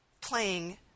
playing